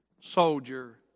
soldier